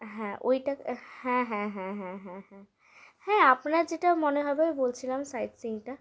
হ্যাঁ ওই টাকায় হ্যাঁ হ্যাঁ হ্যাঁ হ্যাঁ হ্যাঁ হ্যাঁ হ্যাঁ আপনার যেটা মনে হবে বলছিলাম সাইড সিনটা